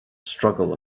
struggle